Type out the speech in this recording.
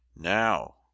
Now